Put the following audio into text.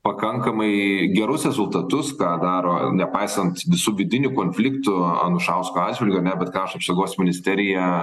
pakankamai gerus rezultatus ką daro nepaisant visų vidinių konfliktų anušausko atžvilgiu ar ne bet krašto apsaugos ministerija